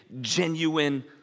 genuine